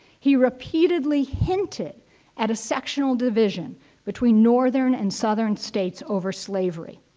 he repeatedly hinted at a sectional division between northern and southern states over slavery.